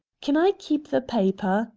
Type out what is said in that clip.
can i keep the paper?